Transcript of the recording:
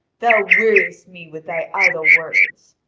thou weariest me with thy idle words.